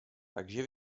takže